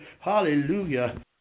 Hallelujah